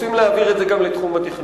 רוצים להעביר את זה גם לתחום התכנון.